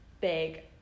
big